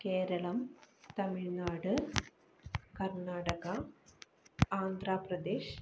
Keralam Tamil Nadu Karnataka Andhra Pradesh